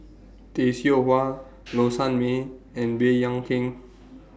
Tay Seow Huah Low Sanmay and Baey Yam Keng